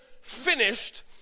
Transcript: finished